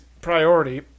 priority